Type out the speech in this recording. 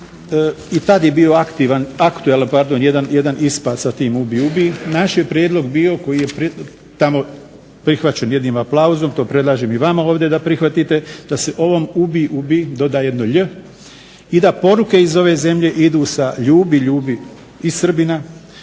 i tada je bio aktualan jedan ispad sa tim "Ubij, ubij". Naš je prijedlog bio koji je tamo prihvaćen jedan aplauzom, to predlažem i vama ovdje da prihvatite, da se ovom "Ubij, ubij" doda jedno lj i da poruke ove zemlje idu sa "Ljubi, ljubi" i Srbina,